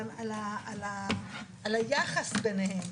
על היחס ביניהם.